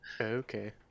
okay